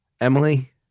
Emily